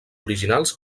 originals